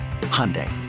Hyundai